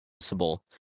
possible